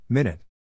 Minute